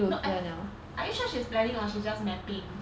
no a~ are you sure she's planning or she just mapping